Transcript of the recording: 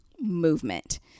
movement